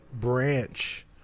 branch